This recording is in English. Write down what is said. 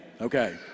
Okay